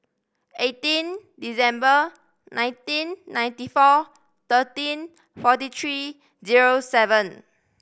eighteen December nineteen ninety four thirteen forty three zero seven